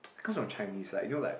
comes from Chinese like you know like